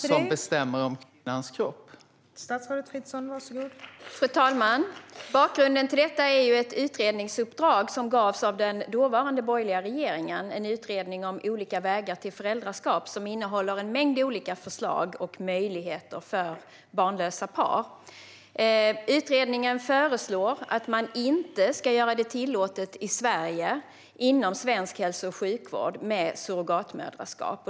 Fru talman! Bakgrunden till detta är ett utredningsuppdrag om olika vägar till föräldraskap som gavs av den dåvarande borgerliga regeringen. Utredningen innehåller en mängd olika förslag och möjligheter för barnlösa par. Utredningen föreslår att man inte ska göra det tillåtet i Sverige inom svensk hälso och sjukvård med surrogatmoderskap.